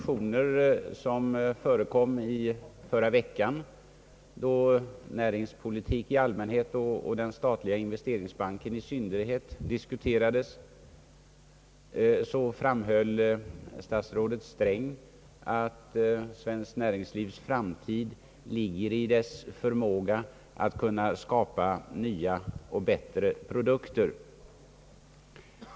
I förra veckans debatter, då näringspolitik i allmänhet och den statliga investeringsbanken i synnerhet diskuterades, framhöll statsrådet Sträng att svenskt näringslivs framtid ligger i dess förmåga att skapa nya och bättre produkter.